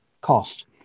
cost